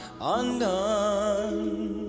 undone